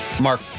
Mark